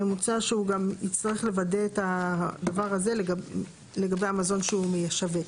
מוצע שהוא גם יצטרך לוודא את הדבר הזה לגבי המזון שהוא משווק.